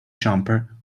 jumper